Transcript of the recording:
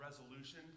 resolution